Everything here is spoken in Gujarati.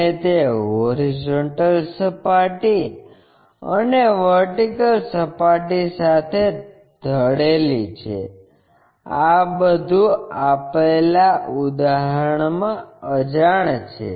અને તે હોરીઝોન્ટલ સપાટી અને વર્ટીકલ સપાટી સાથે ઢળેલી છે આ બધું આપેલા ઉદાહરણમાં અજાણ છે